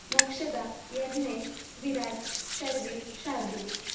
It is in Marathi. मोक्षदा यज्ञेश विराज शर्विल शार्दुल